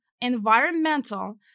environmental